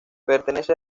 pertenece